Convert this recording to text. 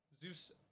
Zeus